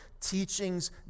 teachings